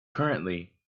currently